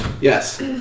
Yes